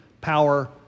power